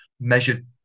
measured